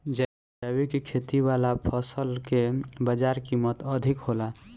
जैविक खेती वाला फसल के बाजार कीमत अधिक होला